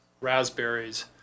raspberries